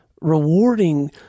rewarding